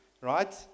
Right